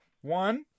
one